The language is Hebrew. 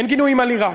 אין גינויים על עיראק,